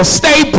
stay